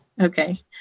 okay